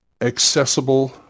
accessible